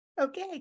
Okay